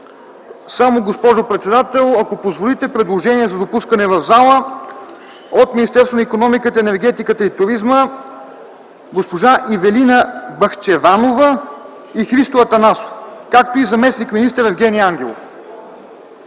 Госпожо председател, ако позволите, ще направя предложение за допускане в пленарната зала от Министерството на икономиката, енергетиката и туризма на госпожа Ивелина Бахчеванова и Христо Атанасов, както и заместник-министъра Евгени Ангелов.